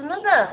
सुन्नुहोस् न